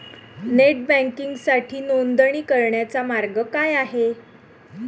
Net बँकिंगसाठी नोंदणी करण्याचा मार्ग काय आहे?